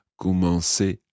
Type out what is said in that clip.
commencer